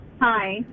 Hi